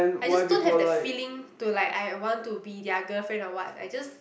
I just don't have that feeling to like I want to be their girlfriend or what I just